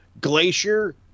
Glacier